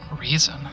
Reason